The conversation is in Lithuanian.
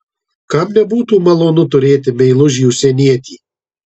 kam nebūtų malonu turėti meilužį užsienietį